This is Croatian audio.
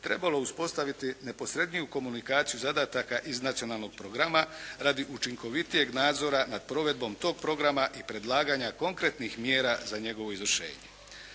trebalo uspostaviti neposredniju komunikaciju zadataka iz nacionalnog programa radi učinkovitijeg nadzora nad provedbom tog programa i predlaganja konkretnih mjera za njegovo izvršenje.